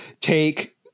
take